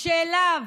שאליו